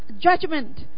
judgment